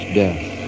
death